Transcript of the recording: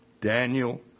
Daniel